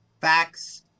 facts